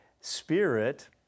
spirit